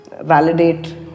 validate